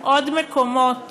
עוד מקומות